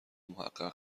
محقق